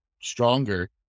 stronger